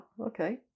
okay